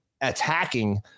attacking